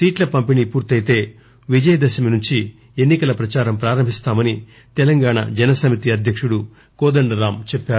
సీట్ల పంపిణీ పూర్తి అయితే విజయదశమి నుండి ఎన్ని కల ప్రచారం ప్రారంభిస్తామని తెలంగాణ జనసమితి అధ్యకుడు కోదండరామ్ చెప్పారు